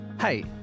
Hey